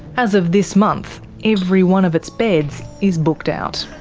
as of this month, every one of its beds is booked out.